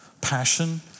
passion